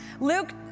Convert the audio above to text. Luke